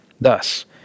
Thus